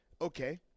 Okay